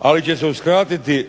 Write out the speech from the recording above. Ali će se uskratiti